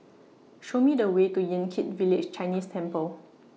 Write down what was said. Show Me The Way to Yan Kit Village Chinese Temple